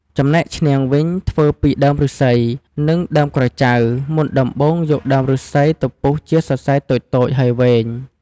ចំណែកឈ្នាងវិញធ្វើពីដើមឫស្សី និងដើមក្រចៅ មុនដំបូងយកដើមឬស្សីទៅពុះជាសរសៃតូចៗហើយវែង។